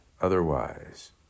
Otherwise